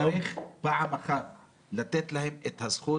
צריך פעם אחת ולתמיד לתת להם את הזכות